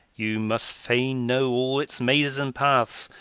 you must fain know all its mazes and paths.